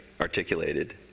articulated